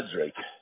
Drake